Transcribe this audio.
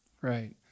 Right